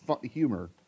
humor